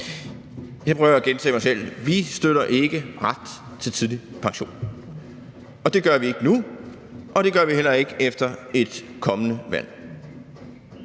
Jeg prøver at gentage mig selv. Vi støtter ikke ret til tidlig pension. Det gør vi ikke nu, og det gør vi heller ikke efter et kommende valg.